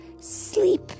sleep